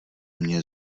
mně